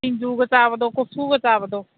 ꯁꯤꯡꯖꯨꯒ ꯆꯥꯕꯗꯣ ꯀꯨꯞꯁꯨꯒ ꯆꯥꯕꯗꯣ